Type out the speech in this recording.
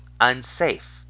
unsafe